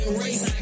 race